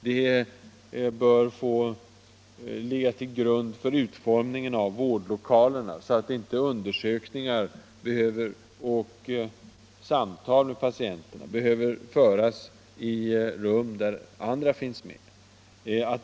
Det bör få ligga till grund för utformningen av vårdlokalerna, så att inte undersökningar behöver ske och samtal med patienterna föras i rum där andra finns med.